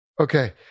Okay